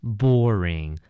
boring